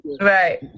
right